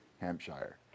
Hampshire